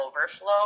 overflow